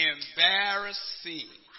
Embarrassing